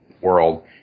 world